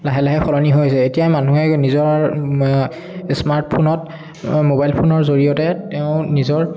লাহে লাহে সলনি হৈ আহিছে এতিয়া মানুহে নিজৰ স্মাৰ্টফোনত মোবাইল ফোনৰ জৰিয়তে তেওঁ নিজৰ